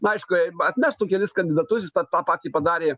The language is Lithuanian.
n aišku atmestų kelis kandidatus jis tą tą patį padarė